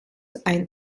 ein